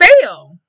fail